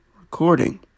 recording